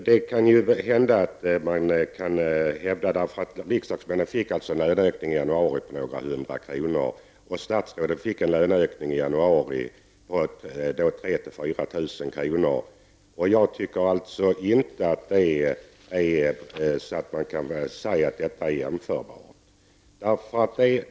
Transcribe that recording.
Herr talman! Det kan hända att man kan hävda detta, eftersom riksdagsledamöterna fick en löneökning i januari på några hundra kronor, och statsråden fick en löneökning i januari på 3 000-- 4 000 kr. Jag tycker inte att man kan säga att detta är jämförbart.